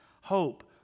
Hope